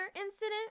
incident